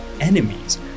enemies